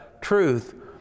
truth